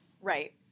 Right